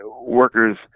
workers